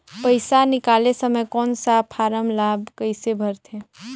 पइसा निकाले समय कौन सा फारम ला कइसे भरते?